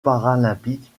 paralympiques